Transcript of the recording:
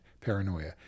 paranoia